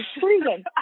freezing